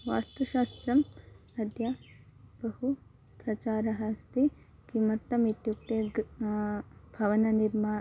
वास्तुशास्त्रम् अद्य बहु प्रचारः अस्ति किमर्थम् इत्युक्ते ग् भवननिर्माणं